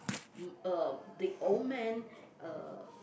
uh the old man uh